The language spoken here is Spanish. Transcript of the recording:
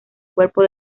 cuerpo